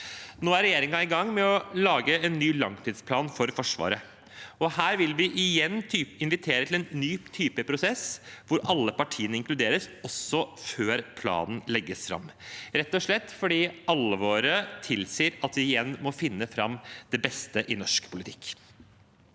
Nå er regjeringen i gang med å lage en ny langtidsplan for Forsvaret. Her vil vi igjen invitere til en ny type prosess, hvor alle partiene inkluderes også før planen legges fram, rett og slett fordi alvoret tilsier at vi igjen må finne fram det beste i norsk politikk.